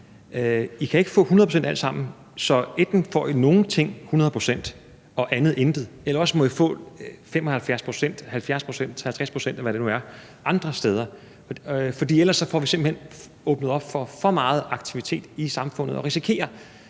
I kan ikke få 100 pct. af alt sammen, så enten får I nogle ting 100 pct. og intet af noget andet, eller også får I 75 pct., 70 pct., 50 pct., eller hvad det måtte være, forskellige steder. For ellers får vi simpelt hen åbnet op for for meget aktivitet i samfundet og risikerer